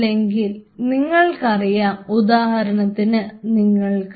അല്ലെങ്കിൽ നിങ്ങൾക്കറിയാം ഉദാഹരണത്തിന് നിങ്ങൾക്ക്